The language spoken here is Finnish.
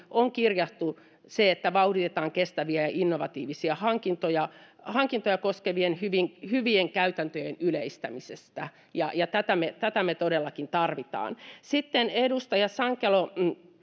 on kirjattu se että vauhditetaan kestäviä ja innovatiivisia hankintoja hankintoja koskevien hyvien käytäntöjen yleistämistä tätä me tätä me todellakin tarvitsemme sitten edustaja sankelo